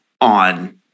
on